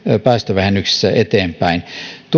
päästövähennyksissä eteenpäin